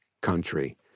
country